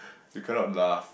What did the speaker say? you cannot laugh